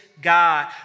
God